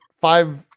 five